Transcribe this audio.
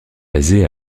basé